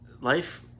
life